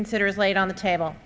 reconsider is laid on the table